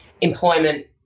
employment